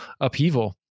upheaval